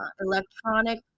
electronic